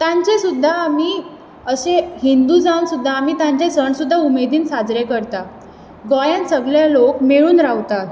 तांचे सुद्दां आमी अशें हिंदू जावन सुद्दां आमी तांचे सण सुद्दां आमी उमेदीन साजरे करतात गोंयान सगळें लोक मेळून रावतात